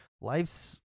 life's